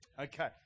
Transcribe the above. Okay